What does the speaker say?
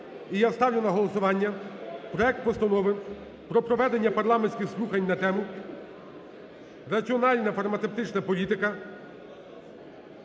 І я ставлю на голосування проект Постанови про проведення парламентських слухань на тему: "Раціональна фармацевтична політика